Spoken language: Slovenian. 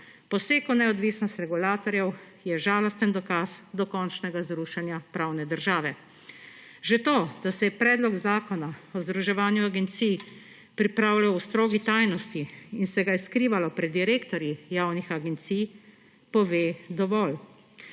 Poseg v neodvisnost regulatorjev je žalosten dokaz dokončnega zrušenja pravne države. Že to, da se je predlog zakona o združevanju agencij pripravljaj v strogi tajnosti in se ga je skrivalo pred direktorji javnih agencij, pove dovolj.